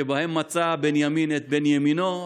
שבהם מצא בנימין את בן יְמִינוֹ,